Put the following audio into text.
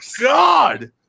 god